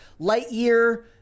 Lightyear